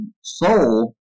soul